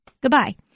goodbye